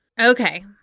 Okay